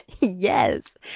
yes